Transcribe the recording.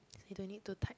I don't need to type